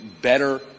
better